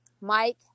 Mike